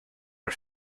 are